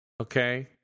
okay